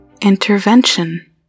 Intervention